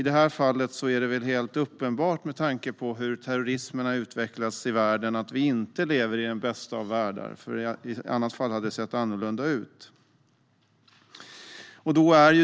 Det är väl helt uppenbart, med tanke på hur terrorismen har utvecklats i världen, att vi inte lever i den bästa av världar. I så fall hade det sett annorlunda ut.